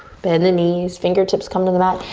bend the knees, fingertips come to the mat.